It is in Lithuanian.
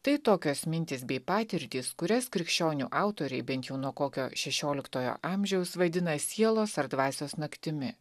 tai tokios mintys bei patirtys kurias krikščionių autoriai bent jau nuo kokio šešioliktojo amžiaus vadina sielos ar dvasios naktimi